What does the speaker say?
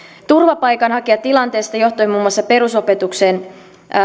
turvapaikanhakijatilanteesta johtuen muun muassa perusopetukseen